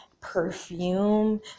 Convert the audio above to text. perfume